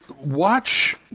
watch